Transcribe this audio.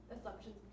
assumptions